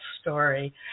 story